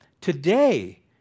Today